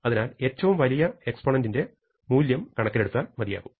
അതിനാൽ ഏറ്റവും വലിയ എക്സ്പൊനെന്റ് ന്റെ മൂല്യം കണക്കിലെടുത്താൽ മതിയാകും